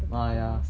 the house